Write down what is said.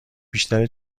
بیشتر